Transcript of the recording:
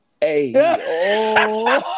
Hey